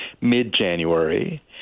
mid-January